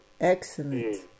excellent